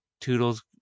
Toodles